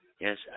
Yes